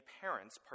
parents